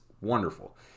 wonderful